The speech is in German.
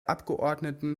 abgeordneten